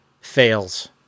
fails